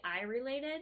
eye-related